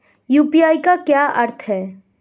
UPI का क्या अर्थ है?